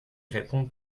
répondre